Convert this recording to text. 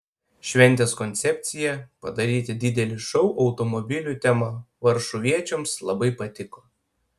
šventės koncepcija padaryti didelį šou automobilių tema varšuviečiams labai patiko